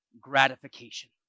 gratification